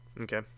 Okay